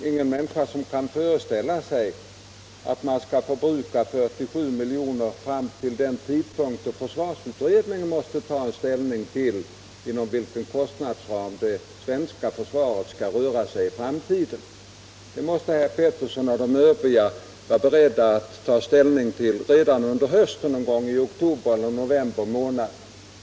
Herr talman! Ingen människa kan föreställa sig att man skall förbruka dessa 47 milj.kr. fram till den tidpunkt då försvarsutredningen måste ta ställning till inom vilken kostnadsram det svenska försvaret skall röra sig i framtiden. Detta måste herr Petersson i Gäddvik och de övriga ledamöterna vara beredda att ta ställning till redan under hösten, någon gång i oktober eller november månad.